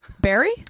Barry